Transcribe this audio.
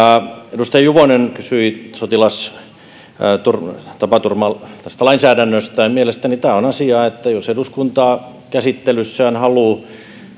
edustaja juvonen kysyi sotilastapaturmalainsäädännöstä mielestäni tämä on sellainen asia että jos eduskunta käsittelyssään haluaa